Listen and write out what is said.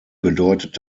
bedeutet